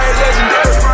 legendary